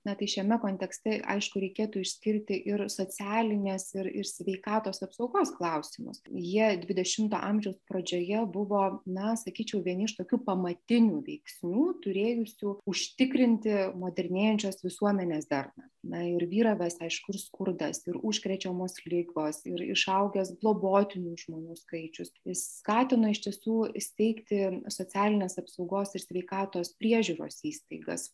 na tai šiame kontekste aišku reikėtų išskirti ir socialinės ir sveikatos apsaugos klausimus jie dvidešimto amžiaus pradžioje buvo na sakyčiau vieni iš tokių pamatinių veiksnių turėjusių užtikrinti modernėjančios visuomenės darną na ir vyravęs aišku ir skurdas ir užkrečiamos ligos ir išaugęs globotinų žmonių skaičius skatino iš tiesų įsteigti socialinės apsaugos ir sveikatos priežiūros įstaigas